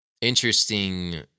interesting